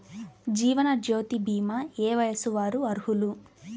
జీవనజ్యోతి భీమా ఏ వయస్సు వారు అర్హులు?